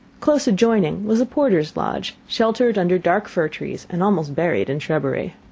close adjoining was the porter's lodge, sheltered under dark fir-trees, and almost buried in shrubbery.